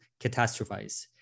catastrophize